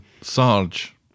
Sarge